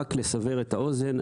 רק לסבר את האוזן,